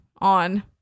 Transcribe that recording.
on